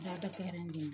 doctor कह रहा